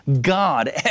God